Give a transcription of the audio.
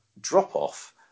Drop-Off